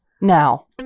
now